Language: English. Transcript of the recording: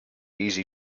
easy